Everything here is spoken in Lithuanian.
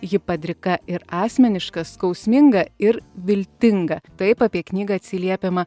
ji padrika ir asmeniška skausminga ir viltinga taip apie knygą atsiliepiama